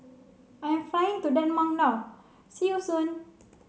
I am flying to Denmark now see you soon